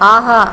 ஆஹா